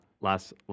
last